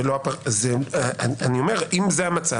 אם זה המצב